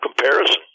comparison